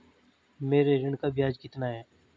मेरे ऋण का ब्याज कितना है?